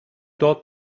dort